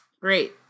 great